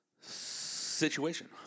situation